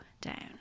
down